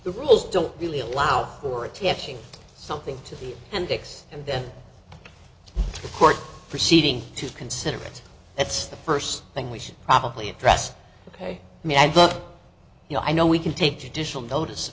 the rules don't really allow for attaching something to the and fix and then the court proceeding to consider it that's the first thing we should probably address ok i mean i'd look you know i know we can take judicial notice